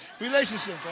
Relationship